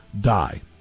die